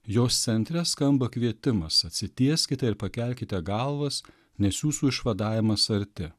jos centre skamba kvietimas atsitieskite ir pakelkite galvas nes jūsų išvadavimas arti